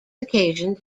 occasions